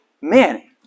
man